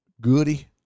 Goody